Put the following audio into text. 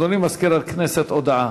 אדוני סגן מזכירת הכנסת, הודעה.